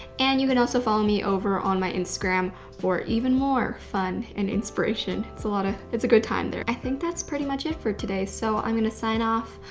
and you can also follow me over on my instagram for even more fun and inspiration. it's a lot of, it's a good time there. i think that's pretty much it for today, so i'm gonna sign off,